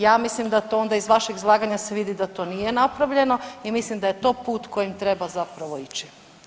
Ja mislim da to onda iz vašeg izlaganja se vidi da to nije napravljeno i mislim da je to put kojim treba zapravo ići.